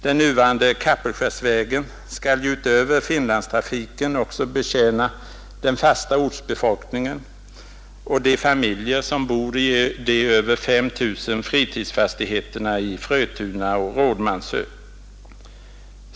Den nuvarande Kapellskärsvägen skall ju utöver Finlandstrafiken betjäna den fasta ortsbefolkningen och de familjer som bor i de över 5 000 fritidsfastigheterna i Frötuna och på Rådmansö.